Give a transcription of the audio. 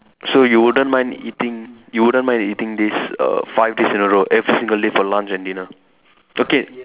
so you wouldn't mind eating you wouldn't mind eating this err five days in a row every single day for lunch and dinner okay